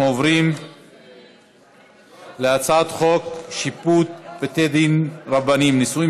אנחנו עוברים להצעת חוק שיפוט בתי דין רבניים (נישואין